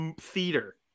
theater